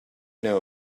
know